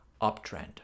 uptrend